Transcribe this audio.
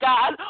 God